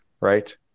right